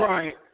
Right